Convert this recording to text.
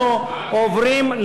חברי הכנסת, אנחנו עוברים להצבעה.